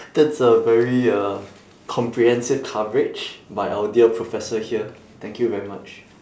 that's a very uh comprehensive coverage by our dear professor here thank you very much